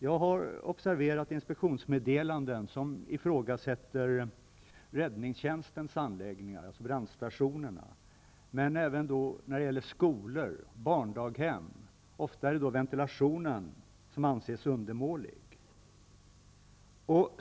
Jag har observerat inspektionsmeddelanden som är sådana att räddningstjänstens anläggningar, brandstationerna, ifrågasättes. Men det gäller även skolor och barndaghem. Ofta är det ventilationen som anses undermålig.